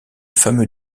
fameux